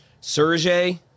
Sergey